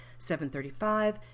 7.35